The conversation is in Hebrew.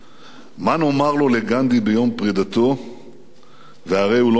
"מה נאמר לו לגנדי ביום פרידתו והוא הרי לא נפרד/